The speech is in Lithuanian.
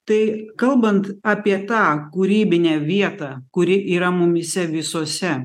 tai kalbant apie tą kūrybinę vietą kuri yra mumyse visuose